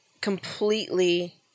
completely